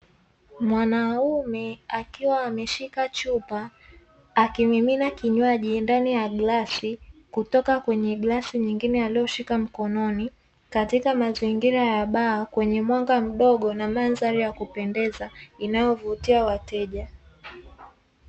Mwanaume akiwa ameshika chupa akimimina kinywaji ndani ya glasi kutoka kwenye glasi nyingine aliyoshika mkononi katika mazingira ya baa kwenye mwanga mdogo na madhari ya kupendeza inayovutia wateja.